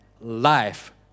life